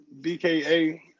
BKA